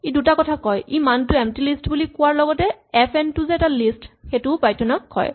ই দুটা কথা কয় ই মানটো এম্পটী লিষ্ট বুলি কোৱাৰ লগতে এফ এন টো এটা লিষ্ট বুলিও পাইথন ক কয়